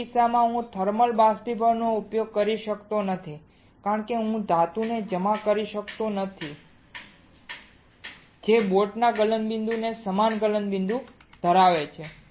તે કિસ્સામાં હું થર્મલ બાષ્પીભવનનો ઉપયોગ કરી શકતો નથી કારણ કે હું ધાતુને જમા કરી શકતો નથી જે બોટના ગલનબિંદુ સમાન ગલનબિંદુ ધરાવે છે